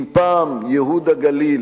אם פעם ייהוד הגליל